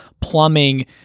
plumbing